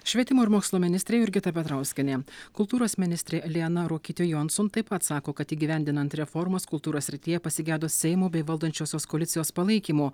švietimo ir mokslo ministrė jurgita petrauskienė kultūros ministrė liana ruokytė jonson taip pat sako kad įgyvendinant reformas kultūros srityje pasigedo seimo bei valdančiosios koalicijos palaikymo